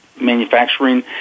manufacturing